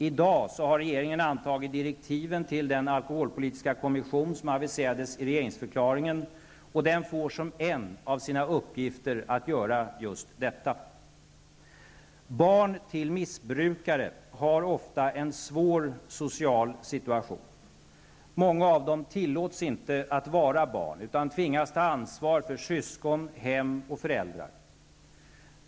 I dag har regeringen antagit direktiven till den alkoholpolitiska kommission som aviserades i regeringsförklaringen. Den får som en av sina uppgifter att göra just detta. Barn till missbrukare har ofta en svår social situation. Många av dem tillåts inte att vara barn utan tvingas ta ansvar för syskon, hem och föräldrar.